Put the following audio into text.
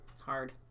Hard